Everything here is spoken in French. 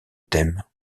thèmes